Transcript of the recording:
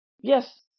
yes